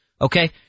Okay